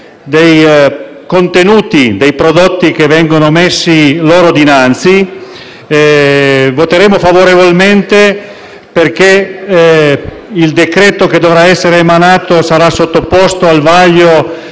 il contenuto dei prodotti che vengono messi loro dinanzi. Voteremo favorevolmente perché il decreto che dovrà essere emanato sarà sottoposto al vaglio